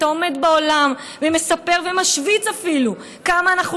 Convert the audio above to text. אתה עומד בעולם ומספר ומשוויץ אפילו כמה אנחנו